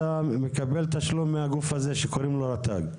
אתה מקבל תשלום מהגוף הזה שקוראים לו רט"ג.